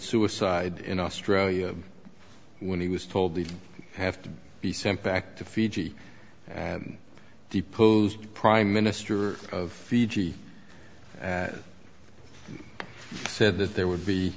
suicide in australia when he was told they'd have to be sent back to fiji and deposed prime minister of fiji and said that there would be